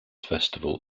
festival